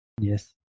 Yes